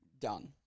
done